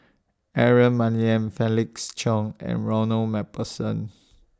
Aaron Maniam Felix Cheong and Ronald MacPherson